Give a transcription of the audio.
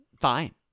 Fine